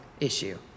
issue